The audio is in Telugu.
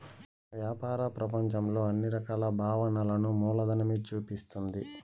వ్యాపార ప్రపంచంలో అన్ని రకాల భావనలను మూలధనమే చూపిస్తుంది